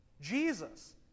Jesus